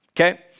okay